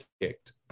kicked